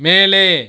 மேலே